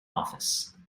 office